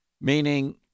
meaning